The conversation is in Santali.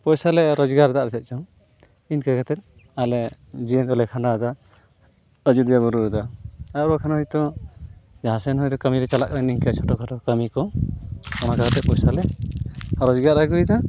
ᱯᱚᱭᱥᱟᱞᱮ ᱨᱚᱡᱽᱜᱟᱨᱫᱟ ᱟᱨ ᱪᱮᱫᱪᱚᱝ ᱤᱱᱠᱟᱹ ᱠᱟᱛᱮ ᱟᱞᱮ ᱡᱤᱭᱚᱱ ᱫᱚᱞᱮ ᱠᱷᱟᱸᱰᱟᱣᱮᱫᱟ ᱟᱡᱚᱫᱤᱭᱟᱹ ᱵᱩᱨᱩ ᱨᱮᱫᱚ ᱟᱨ ᱵᱟᱠᱷᱟᱱ ᱦᱚᱭᱛᱚ ᱡᱟᱦᱟᱸᱥᱮᱱ ᱦᱚᱭᱛᱚ ᱠᱟᱢᱤᱞᱮ ᱪᱟᱞᱟᱜ ᱠᱟᱱᱟ ᱱᱤᱝᱠᱟᱹ ᱪᱷᱚᱴᱚ ᱠᱷᱟᱴᱚ ᱠᱟᱹᱢᱤᱠᱚ ᱚᱱᱠᱟ ᱠᱟᱛᱮᱫ ᱯᱚᱭᱥᱟ ᱞᱮ ᱨᱚᱡᱽᱜᱟᱨ ᱟᱜᱩᱭ ᱮᱫᱟ